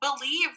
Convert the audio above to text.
believe